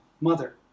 mother